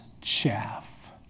chaff